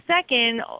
second